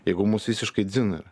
jeigu mus visiškai dzin yra